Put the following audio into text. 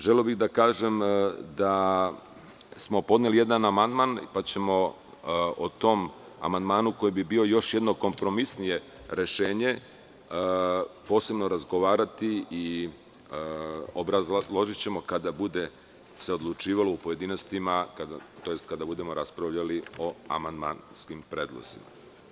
Želeo bih da kažem da smo podneli jedan amandman pa ćemo o tom amandmanu koji bi bio još jedno kompromisnije rešenje posebno razgovarati i obrazložićemo ga kada se bude odlučivalo u pojedinostima tj. kada budemo raspravljali o amandmanskim predlozima.